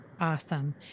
Awesome